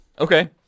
okay